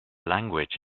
language